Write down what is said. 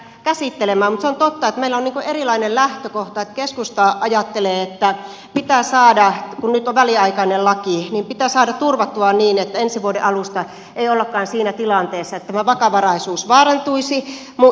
mutta se on totta että meillä on erilainen lähtökohta että keskusta ajattelee että pitää saada kun nyt on väliaikainen laki turvattua niin että ensi vuoden alusta ei ollakaan siinä tilanteessa että vakavaraisuus vaarantuisi